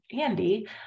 Andy